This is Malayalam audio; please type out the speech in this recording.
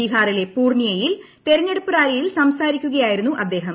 ബിഹാറിലെ പുർണിയയിൽ തെരഞ്ഞെടുപ്പു റാലിയിൽ സംസാരിക്കുകയായിരുന്നു അദ്ദേഹം